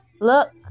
Look